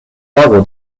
tago